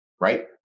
Right